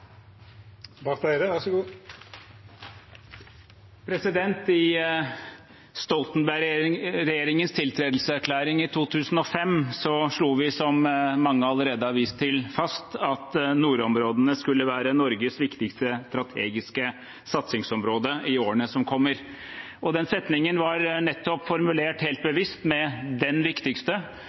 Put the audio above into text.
I Stoltenberg-regjeringens tiltredelseserklæring i 2005 slo vi, som mange allerede har vist til, fast at nordområdene skulle være Norges viktigste strategiske satsingsområde i årene som kom. Den setningen var formulert helt bevisst med